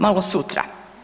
Malo sutra.